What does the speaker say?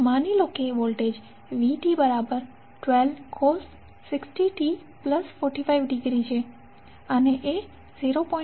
માની લો કે વોલ્ટેજ vt12 cos 60t45° એ 0